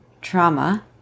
trauma